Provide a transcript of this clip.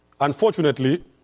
Unfortunately